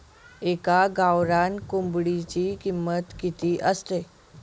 एका गावरान कोंबडीची किंमत किती असते?